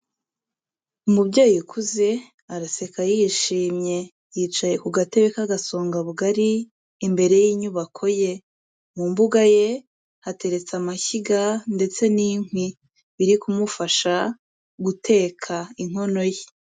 Umubyeyi ukuze araseka yishimye, yicaye ku gatebe k'agasongabugari imbere y'inyubako ye, mu mbuga ye hateretse amashyiga ndetse n'inkwi biri kumufasha guteka inkono ye.